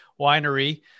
winery